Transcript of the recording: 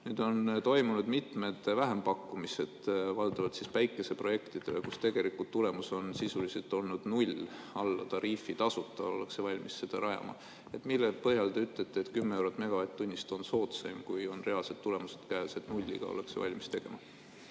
Nüüd on toimunud mitmed vähempakkumised valdavalt päikeseprojektidele, kus tegelikult tulemus on sisuliselt olnud null. Alla tariifitasuta ollakse valmis seda rajama. Mille põhjal te ütlete, et 10 eurot megavatt-tunnist on soodsaim, kui käes on reaalsed tulemused, et nulliga ollakse valmis tegema?